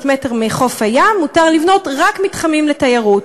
בין 100 ל-300 מטר מחוף הים מותר לבנות רק מתחמים לתיירות.